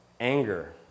Anger